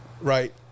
right